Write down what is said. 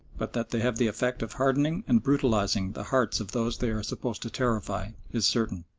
but that they have the effect of hardening and brutalising the hearts of those they are supposed to terrify is certain.